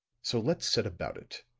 so let's set about it.